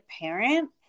parent